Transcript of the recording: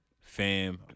fam